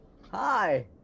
Hi